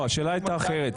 השאלה היתה אחרת.